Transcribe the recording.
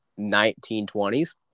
1920s